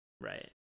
right